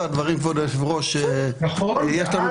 יש גם